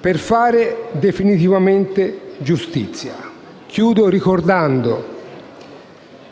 per fare definitivamente giustizia. Termino il mio intervento ricordando